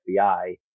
FBI